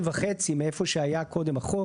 בסדר.